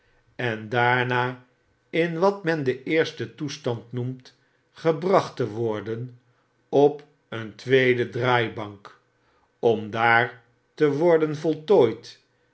en daarna in wat men den eersten toestand noemt gebracht te worden op een tweeden draaibank omdaar te worden voltooid